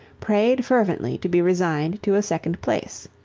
prayed fervently to be resigned to a second place.